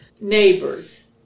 neighbors